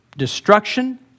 destruction